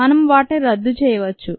మేము వాటిని రద్దు చేయవచ్చు